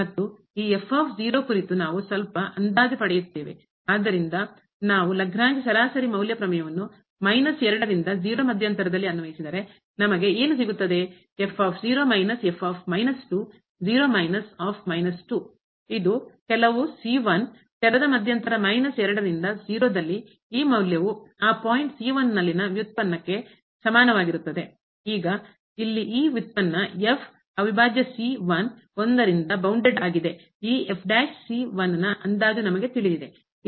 ಮತ್ತು ಈ ಕುರಿತು ನಾವು ಸ್ವಲ್ಪ ಅಂದಾಜು ಪಡೆಯುತ್ತೇವೆ ಆದ್ದರಿಂದ ನಾವು ಲಾಗ್ರೇಂಜ್ ಸರಾಸರಿ ಮೌಲ್ಯ ಪ್ರಮೇಯವನ್ನು ರಿಂದ ಮಧ್ಯಂತರದಲ್ಲಿ ಅನ್ವಯಿಸಿದರೆ ನಮಗೆ ಏನು ಸಿಗುತ್ತದೆ ಇದು ಕೆಲವು ತೆರೆದ ಮಧ್ಯಂತರ ರಿಂದ ಈ ಮೌಲ್ಯವು ಆ ಪಾಯಿಂಟ್ ನಲ್ಲಿನ ವ್ಯುತ್ಪನ್ನಕ್ಕೆ ಸಮಾನವಾಗಿರುತ್ತದೆ ಈಗಇಲ್ಲಿ ಈ ಉತ್ಪನ್ನ ಅವಿಭಾಜ್ಯ ಆಗಿದೆ ಈ ನ ಅಂದಾಜು ನಮಗೆ ತಿಳಿದಿದೆ